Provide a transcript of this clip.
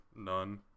None